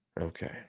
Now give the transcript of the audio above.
okay